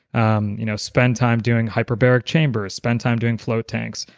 um you know spend time doing hyperbaric chambers, spend time doing float tanks,